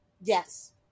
Yes